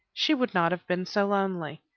she would not have been so lonely.